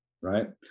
right